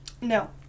no